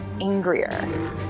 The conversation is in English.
angrier